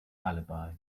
alibi